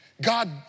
God